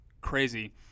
crazy